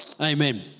Amen